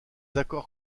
accords